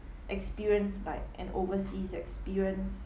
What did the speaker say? experience like an overseas experience